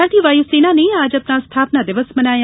भारतीय वायू सेना ने आज अपना स्थापना दिवस मनाया